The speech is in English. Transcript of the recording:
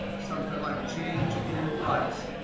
something like, change in price.